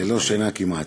ללא שינה כמעט.